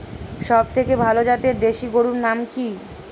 সবথেকে ভালো জাতের দেশি গরুর নাম কি?